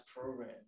program